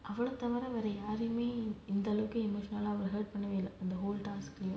அவரை தவிர வேற யாருமே இந்த அளவுக்கு:avara thavira vera yaarumae intha alavuku emotional hurt பண்ணவே இல்ல இந்த:pannavae illa intha whole task leh